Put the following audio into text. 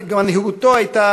מנהיגותו הייתה